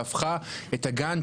והפכה את הגאנט,